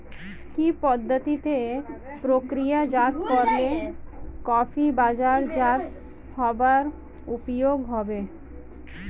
কি পদ্ধতিতে প্রক্রিয়াজাত করলে কফি বাজারজাত হবার উপযুক্ত হবে?